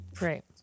right